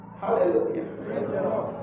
Hallelujah